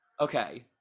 Okay